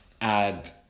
Add